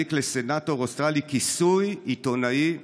יעניק לסנטור אוסטרלי כיסוי עיתונאי אוהד,